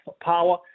power